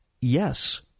Yes